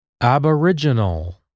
aboriginal